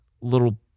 little